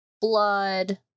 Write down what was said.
blood